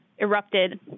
erupted